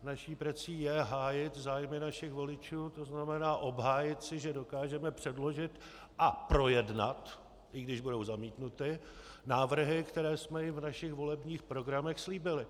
Naší prací je hájit zájmy našich voličů, tzn. obhájit si, že dokážeme předložit a projednat, i když budou zamítnuty, návrhy, které jsme jim v našich volebních programech slíbili.